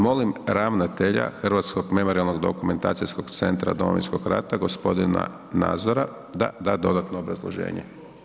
Molim ravnatelja Hrvatskog memorijalno-dokumentacijskog centra Domovinskog rata gospodina Nazora da da dodatno obrazloženje.